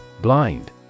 Blind